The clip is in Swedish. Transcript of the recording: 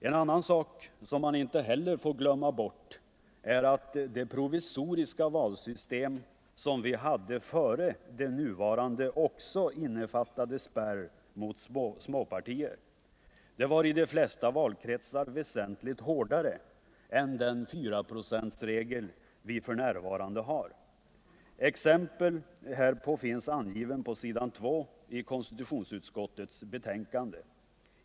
En annan sak som man inte heller får glömma bort är att det provisoriska valsystem som vi hade före det nuvarande också innefattade spärr mot små partier. Denna var i de flesta valkretsar väsentligt hårdare än den 4-procentsregel vi för närvarande har. Exempel härpå finns på s. 2 i konstitutionsutskottets betänkande.